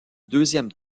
deuxième